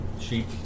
sheep